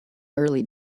early